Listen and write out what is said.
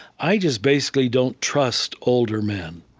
i just basically don't trust older men,